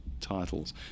titles